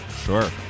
Sure